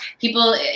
people